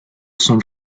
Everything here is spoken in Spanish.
son